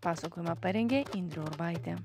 pasakojimą parengė indrė urbaitė